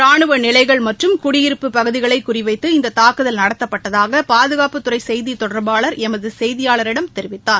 ரானுவ நிலைகள் மற்றும் குடியிருப்புப் பகுதிகளை குறிவைத்து இந்த தாக்குதல் நடத்தப்பட்டதாக பாதுகாப்புத்துறை செய்தி தொடர்பாளர் எமது செய்தியாளரிடம் தெரிவித்தார்